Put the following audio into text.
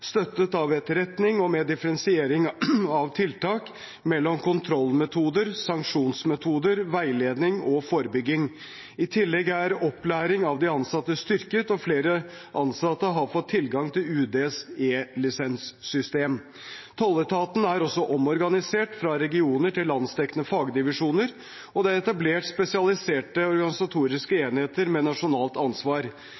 støttet av etterretning og med differensiering av tiltak mellom kontrollmetoder, sanksjonsmetoder, veiledning og forebygging. I tillegg er opplæring av de ansatte styrket, og flere ansatte har fått tilgang til UDs E-lisenssystem. Tolletaten er også omorganisert fra regioner til landsdekkende fagdivisjoner, og det er etablert spesialiserte organisatoriske